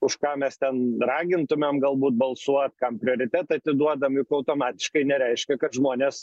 už ką mes ten ragintumėm galbūt balsuot kam prioritetą atiduodami automatiškai nereiškia kad žmonės